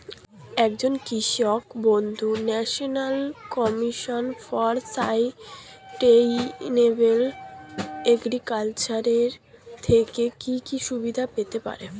একজন কৃষক বন্ধু national commission for sustainable agriculture এর থেকে কি কি সুবিধা পেতে পারে?